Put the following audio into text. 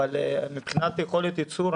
אבל מבחינת יכולת ייצור,